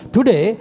Today